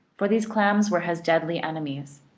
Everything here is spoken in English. for these clams were his deadly enemies.